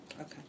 Okay